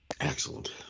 excellent